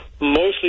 mostly